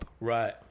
Right